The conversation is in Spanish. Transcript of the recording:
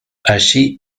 allí